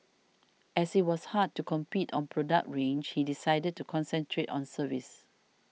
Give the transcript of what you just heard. as it was hard to compete on product range he decided to concentrate on service